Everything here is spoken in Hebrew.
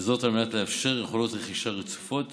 וזאת על מנת לאפשר יכולות רכישה רצופות